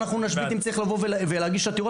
אנחנו נשבית ואם צריך להגיש עתירות,